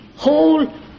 whole